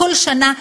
כל שנה,